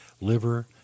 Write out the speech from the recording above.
liver